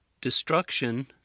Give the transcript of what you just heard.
destruction